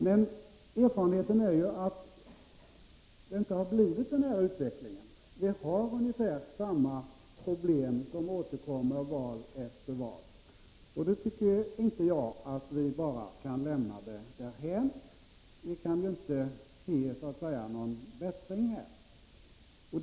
Men erfarenheten visar att vi inte har fått den utvecklingen. Ungefär samma problem återkommer i val efter val. Eftersom vi inte kan se någon bättring, tycker jag inte att vi bara skall lämna frågan därhän.